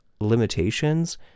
limitations